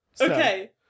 Okay